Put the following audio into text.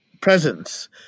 presence